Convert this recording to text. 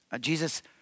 Jesus